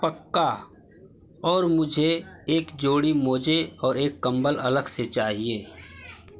पक्का और मुझे एक जोड़ी मोजे और एक कम्बल अलग से चाहिए